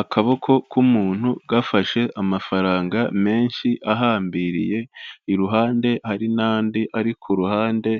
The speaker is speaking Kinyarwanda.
Akaboko k'umuntu gafashe amafaranga menshi ahambiriye, iruhande hari n'andi ari ku ruhande